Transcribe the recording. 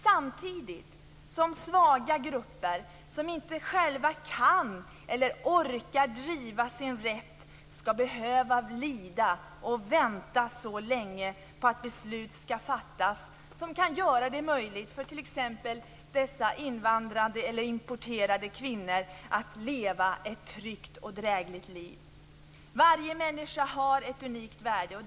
Samtidigt skall svaga grupper som inte själva kan eller orkar driva sin rätt - t.ex. dessa invandrade eller importerade kvinnor - behöva lida och vänta så länge på att beslut skall fattas som kan göra det möjligt för dem att leva ett tryggt och drägligt liv. Varje människa har ett unikt värde.